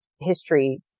history